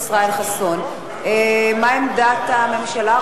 מה עמדת הממשלה?